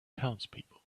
townspeople